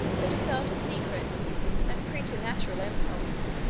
that he felt a secret and praeternatural impulse,